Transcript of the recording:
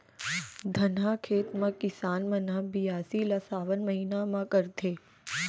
धनहा खेत म किसान मन ह बियासी ल सावन महिना म करथे